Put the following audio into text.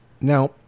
now